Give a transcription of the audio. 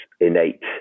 innate